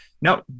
no